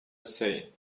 say